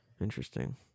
interesting